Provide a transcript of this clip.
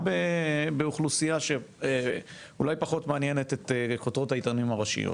באוכלוסייה שאולי פחות מעניינת את כותרות העיתונים הראשיות.